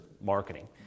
marketing